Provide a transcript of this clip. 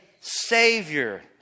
savior